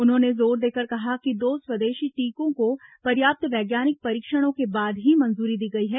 उन्होंने जोर देकर कहा कि दो स्वदेशी टीकों को पर्याप्त वैज्ञानिक परीक्षणों के बाद ही मंजूरी दी गई है